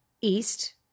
east